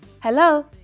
Hello